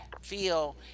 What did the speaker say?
feel